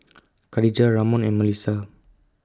Khadijah Ramon and Mellisa